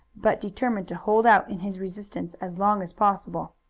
but determined to hold out in his resistance as long as possible.